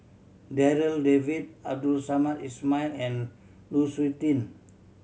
Darryl David Abdul Samad Ismail and Lu Suitin